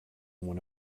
one